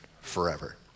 forever